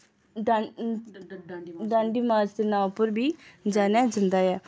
Dandi March दे नांऽ पर बी जानेआ जंदा ऐ